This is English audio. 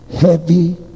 heavy